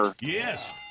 Yes